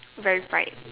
very fried